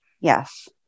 yes